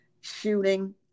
shooting